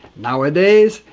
nowadays,